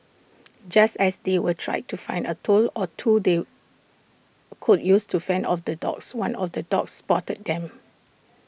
just as they were trying to find A tool or two they could use to fend off the dogs one of the dogs spotted them